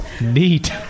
neat